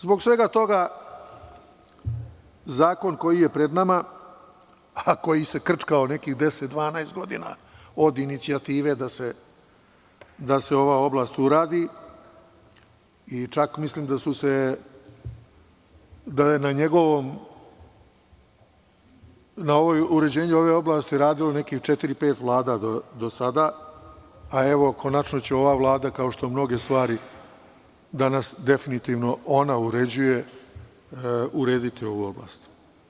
Zbog svega toga, zakon koji je pred nama krčkao se nekih 10-12 godina, od inicijative da se ova oblast uredi, čak mislim da je na uređenju ove oblasti radilo nekih četiri-pet vlada do sada, a konačno će ova Vlada, kao što mnoge stvari danas definitivno ona uređuje, urediti ovu oblast.